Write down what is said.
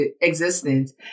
existence